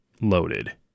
loaded